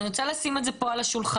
ואני רוצה לשים את זה פה על השולחן,